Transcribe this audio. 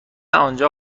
آنجا